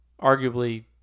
arguably